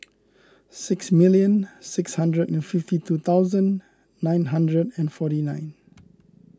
six million six hundred and fifty two thousand nine hundred and forty nine